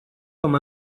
com